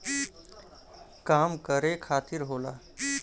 काम करे खातिर होला